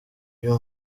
byo